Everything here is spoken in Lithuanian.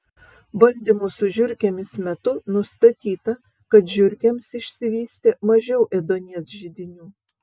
bandymų su žiurkėmis metu nustatyta kad žiurkėms išsivystė mažiau ėduonies židinių